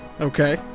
Okay